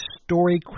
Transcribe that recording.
story